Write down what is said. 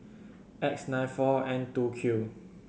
V nine four N two Q